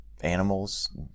animals